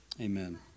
Amen